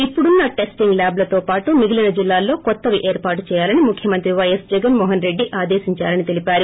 ఇప్పుడున్న టెస్టింగ్ ల్యాబ్లతో పాటు మిగిలిన జిల్లాల్లో కొత్తవి ఏర్పాటు చేయాలని ముఖ్యమంత్రి పైఎస్ జగన్ మోహన్ రెడ్డి ఆదేశిందారని తెలిపారు